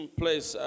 place